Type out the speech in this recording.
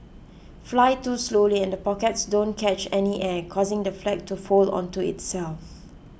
fly too slowly and the pockets don't catch any air causing the flag to fold onto itself